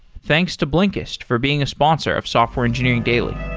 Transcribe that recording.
thanks to blinkist for being a sponsor of software engineering daily